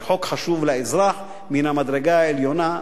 זה חוק חשוב לאזרח מן המדרגה העליונה.